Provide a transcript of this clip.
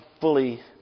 fully